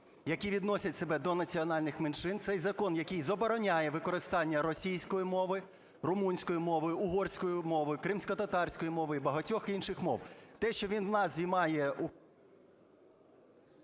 які відносять себе до національних меншин. Цей закон, який забороняє використання російської мови, румунської мови, угорської мови, кримськотатарської мови і багатьох інших мов. Те, що він в назві має…